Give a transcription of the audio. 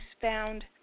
found